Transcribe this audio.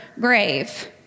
grave